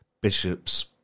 bishop's